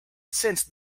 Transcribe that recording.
since